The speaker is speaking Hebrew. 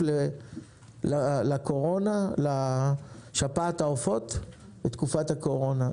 על סך 10 מיליון שקל על שפעת העופות בתקופת הקורונה.